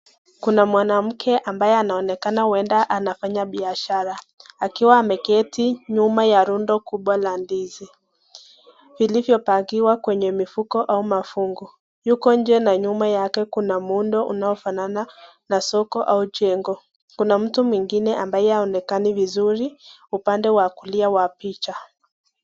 Kuna mwanamke ambaye anaonekana huenda anafanya biashara, akiwa ameketi nyuma ya rundo kubwa la ndizi vilivyopakiwa kwenye mifuko au mafungo. Yuko nje na nyuma yake kuna muundo unaofanana na soko au jengo. Kuna mtu mwingine ambaye haonekani vizuri upande wa kulia wa picha.